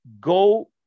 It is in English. go